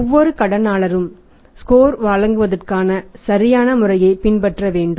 ஒவ்வொரு கடனாளருக்கும் ஸ்கோர் வழங்குவதற்கான சரியான முறையை பின்பற்ற வேண்டும்